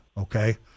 Okay